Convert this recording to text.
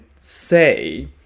say